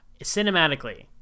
Cinematically